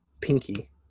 pinky